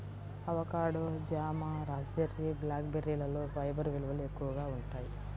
avocado, జామ, raspberry, black బెర్రీలలో fibre విలువలు ఎక్కువగా ఉంటాయి